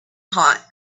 hot